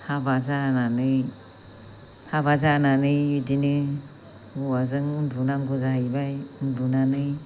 हाबा जानानै बिदिनो हौवाजों उन्दुनांगौ जाहैबाय उन्दुनानै